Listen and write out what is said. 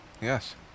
Yes